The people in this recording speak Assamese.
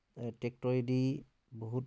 টেক্টৰেদি বহুত